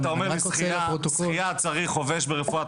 אני רק רוצה לפרוטוקול -- אתה אומר ששחייה צריך חובש ברפואת